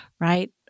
right